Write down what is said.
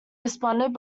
responded